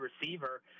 receiver